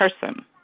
person